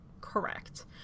Correct